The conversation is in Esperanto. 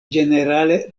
ĝenerale